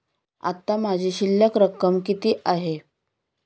आता माझी शिल्लक रक्कम किती आहे?